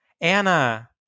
Anna